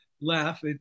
laugh